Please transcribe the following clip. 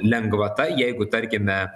lengvata jeigu tarkime